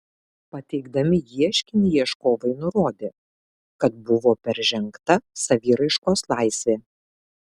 pateikdami ieškinį ieškovai nurodė kad buvo peržengta saviraiškos laisvė